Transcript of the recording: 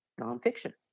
nonfiction